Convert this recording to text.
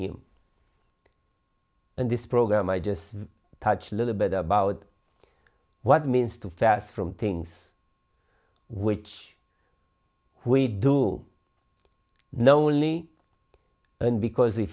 him and this program i just touched a little bit about what it means to fast from things which we do know only and because